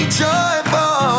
Joyful